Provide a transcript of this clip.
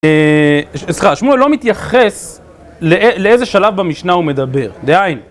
סליחה, שמואל לא מתייחס לאיזה שלב במשנה הוא מדבר, דהיינו